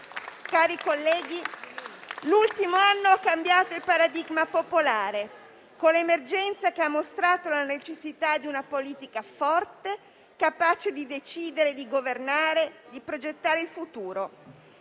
cari colleghi, l'ultimo anno ha cambiato il paradigma popolare, con l'emergenza che ha mostrato la necessità di una politica forte, capace di decidere, di governare e di progettare il futuro.